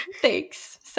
Thanks